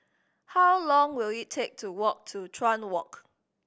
how long will it take to walk to Chuan Walk